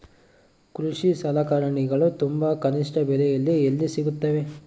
ಕೃಷಿ ಸಲಕರಣಿಗಳು ತುಂಬಾ ಕನಿಷ್ಠ ಬೆಲೆಯಲ್ಲಿ ಎಲ್ಲಿ ಸಿಗುತ್ತವೆ?